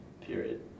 period